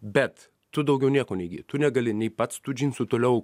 bet tu daugiau nieko neįgyji tu negali nei pats tų džinsų toliau